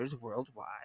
worldwide